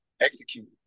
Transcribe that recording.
execute